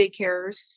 daycares